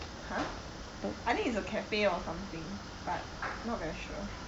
!huh! I think it is a cafe or something but not very sure